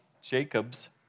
Jacob's